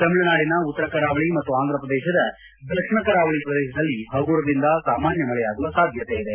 ತಮಿಳುನಾಡಿನ ಉತ್ತರ ಕರಾವಳಿ ಮತ್ತು ಆಂದ್ರಪ್ರದೇಶದ ದಕ್ಷಿಣ ಕರಾವಳಿ ಪ್ರದೇಶದಲ್ಲಿ ಹಗುರದಿಂದ ಸಾಮಾನ್ಲ ಮಳೆಯಾಗುವ ಸಾಧ್ಯತೆ ಇದೆ